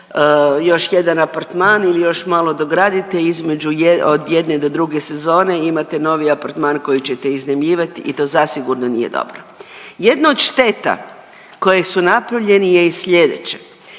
još jedan apartman i još malo dogradite i između jedne do druge sezone i imate novi apartman koji će iznajmljivati i to zasigurno nije dobro. Jedno od šteta koje su napravljeni je i sljedeće,